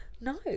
No